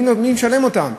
מי משלם אותן?